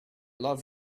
love